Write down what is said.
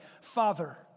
Father